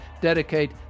Dedicate